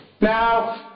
Now